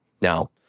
Now